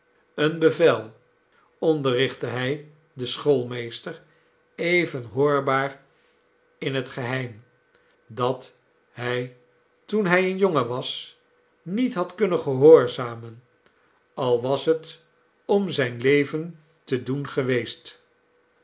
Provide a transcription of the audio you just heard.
dat hij toen hij een jongen was niet had kunnen gehoorzamen al was het om zijn leven te doen geweest